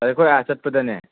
ꯑꯩꯈꯣꯏ ꯑꯥ ꯆꯠꯄꯗꯅꯦ